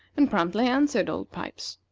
and promptly answered old pipes.